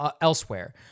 elsewhere